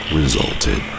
resulted